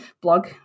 blog